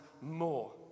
more